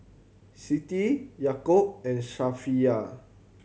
Siti Yaakob and Safiya